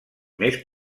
més